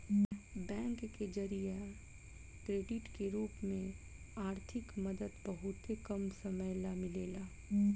bank के जरिया credit के रूप में आर्थिक मदद बहुते कम समय ला मिलेला